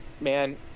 man